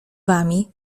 wami